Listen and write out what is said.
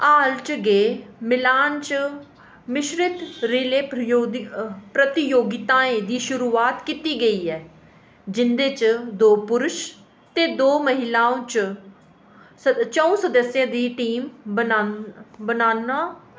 हाल च गै मिलान च मिश्रत रिले प्रतियोदिग प्रतियोगिताएं दी शुरुआत कीती गेई ऐ जिं'दे च दो पुरश ते दो महिलाओं च सद च'ऊं सदस्यें दी टीम बना बनान्ना